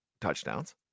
touchdowns